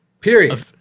Period